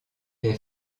est